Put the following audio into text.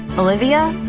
olivia?